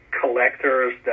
collectors